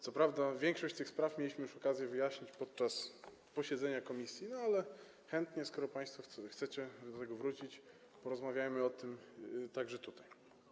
Co prawda większość tych spraw mieliśmy już okazję wyjaśnić podczas posiedzenia komisji, ale chętnie, skoro państwo chcecie do tego wrócić, porozmawiajmy o tym także tutaj.